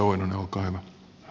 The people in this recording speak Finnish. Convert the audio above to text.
arvoisa puhemies